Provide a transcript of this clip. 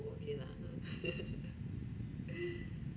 okay lah